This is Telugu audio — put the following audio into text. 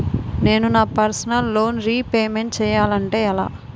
నేను నా పర్సనల్ లోన్ రీపేమెంట్ చేయాలంటే ఎలా?